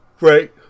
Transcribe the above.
Right